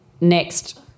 next